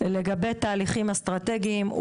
לגבי תהליכים אסטרטגיים,